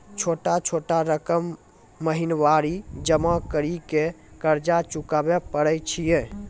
छोटा छोटा रकम महीनवारी जमा करि के कर्जा चुकाबै परए छियै?